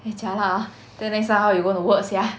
eh jialat ah then next time how we going to work sia